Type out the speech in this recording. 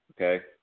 okay